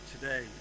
today